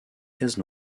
cases